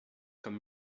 comme